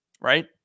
right